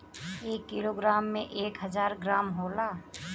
एक किलोग्राम में एक हजार ग्राम होला